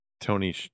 Tony